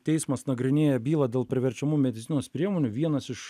teismas nagrinėja bylą dėl priverčiamų medicinos priemonių vienas iš